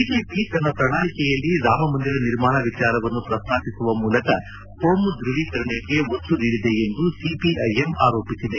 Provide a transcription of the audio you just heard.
BJP ತನ್ನ ಪ್ರಣಾಳಿಕೆಯಲ್ಲಿ ರಾಮಮಂದಿರ ನಿರ್ಮಾಣ ವಿಚಾರವನ್ನು ಪ್ರಸ್ತಾಪಿಸುವ ಮೂಲಕ ಕೋಮು ದೃವೀಕರಣಕ್ಕೆ ಒತ್ತು ನೀಡಿದೆ ಎಂದು ಸಿಪಿಐಎಂ ಆರೋಪಿಸಿದೆ